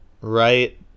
right